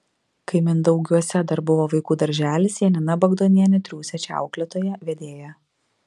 kai mindaugiuose dar buvo vaikų darželis janina bagdonienė triūsė čia auklėtoja vedėja